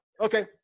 Okay